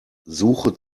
suche